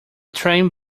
train